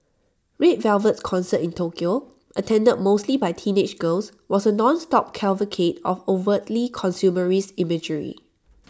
red Velvet's concert in Tokyo attended mostly by teenage girls was A non stop cavalcade of overtly consumerist imagery